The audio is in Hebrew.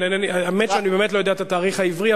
האמת שאני לא יודע את התאריך העברי,